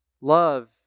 Love